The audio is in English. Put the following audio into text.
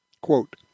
Quote